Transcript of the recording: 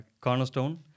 cornerstone